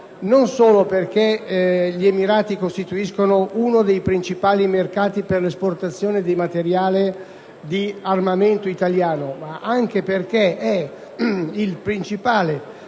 non solo perché essi costituiscono uno dei principali mercati per l'esportazione di materiale di armamento italiano, ma anche perché sono il principale mercato